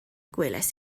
gwelais